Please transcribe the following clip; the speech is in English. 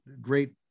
great